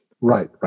Right